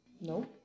No